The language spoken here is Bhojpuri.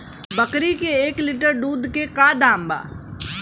बकरी के एक लीटर दूध के का दाम बा?